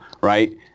right